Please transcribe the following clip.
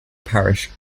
parish